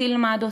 תלמד אותה,